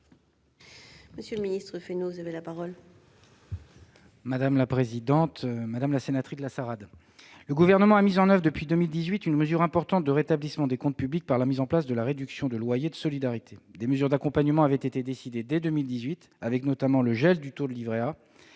plus largement, en France. La parole est à M. le ministre. Madame la sénatrice Lassarade, le Gouvernement a mis en oeuvre depuis 2018 une mesure importante de rétablissement des comptes publics par la mise en place de la réduction de loyer de solidarité, la RLS. Des mesures d'accompagnement avaient été décidées dès 2018, avec notamment le gel du taux du livret A,